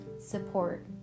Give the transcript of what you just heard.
support